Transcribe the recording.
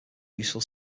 useful